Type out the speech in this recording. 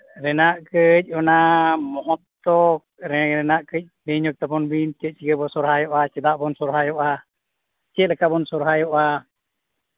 ᱨᱮᱱᱟᱜ ᱠᱟᱹᱡ ᱚᱱᱟ ᱢᱚᱦᱚᱛᱛᱚ ᱨᱮᱱᱟᱜ ᱠᱟᱹᱡ ᱞᱟᱹᱭ ᱧᱚᱜ ᱛᱟᱵᱚᱱ ᱵᱤᱱ ᱪᱮᱫ ᱪᱤᱠᱟᱹ ᱵᱚᱱ ᱥᱚᱦᱨᱟᱭᱚᱜᱼᱟ ᱪᱮᱫᱟᱜ ᱵᱚᱱ ᱥᱚᱦᱨᱟᱭᱚᱜᱼᱟ ᱪᱮᱫ ᱞᱮᱠᱟ ᱵᱚᱱ ᱥᱚᱦᱨᱟᱭᱚᱜᱼᱟ